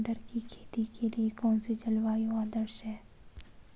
Oleander की खेती के लिए कौन सी जलवायु आदर्श है?